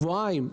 שבועיים.